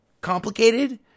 complicated